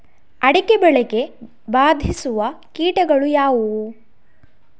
ಅಡಿಕೆ ಬೆಳೆಗೆ ಬಾಧಿಸುವ ಕೀಟಗಳು ಯಾವುವು?